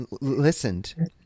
listened